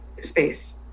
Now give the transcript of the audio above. space